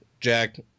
Jack